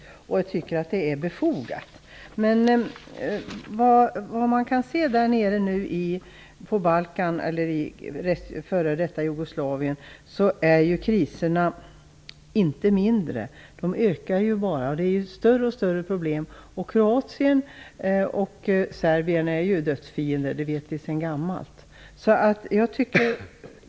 Jag tycker också att det är befogat. Men kriserna nere på Balkan och i f.d. Jugoslavien har inte blivit mindre. I stället ökar de. Problemen blir allt större. Att Kroatien och Serbien är dödsfiender vet vi sedan gammalt.